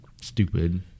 stupid